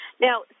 Now